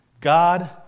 God